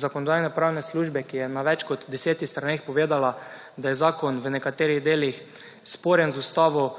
Zakonodajno-pravne službe, ki je na več kot 10-ih straneh povedala, da je zakon v nekaterih delih sporen z Ustavo,